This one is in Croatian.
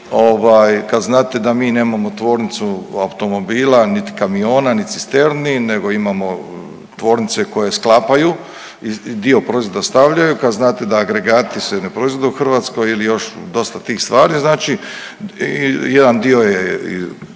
kad znate da mi nemamo tvornicu automobila nit kamiona ni cisterni nego imamo tvornice koje sklapaju i dio proizvoda stavljaju, kad znate da agregati se ne proizvode u Hrvatskoj ili još dosta tih stvari znači jedan dio je